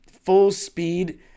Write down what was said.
full-speed